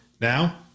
Now